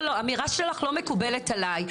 האמירה שלך לא מקובלת עליי.